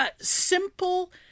simple